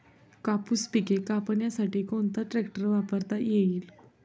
कापूस पिके कापण्यासाठी कोणता ट्रॅक्टर वापरता येईल?